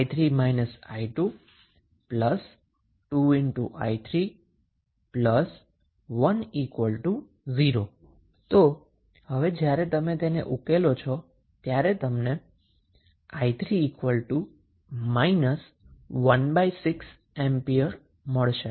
6 2i3 1 0 તો હવે જ્યારે તમે તેને ઉકેલો છો ત્યારે તમને i3 ⅙ A વેલ્યુ મળશે